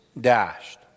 dashed